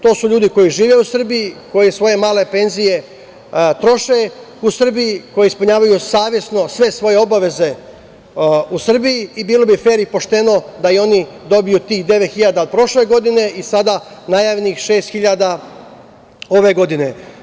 To su ljudi koji žive u Srbiji, koji svoje male penzije troše u Srbiji, koji ispunjavaju savesno sve svoje obaveze u Srbiji i bilo bi fer i pošteno da i oni dobiju tih devet hiljada od prošle godine i sada najavljenih šest hiljada ove godine.